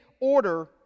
order